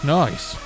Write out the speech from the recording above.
nice